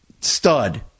stud